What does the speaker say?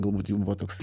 galbūt jau buvo toks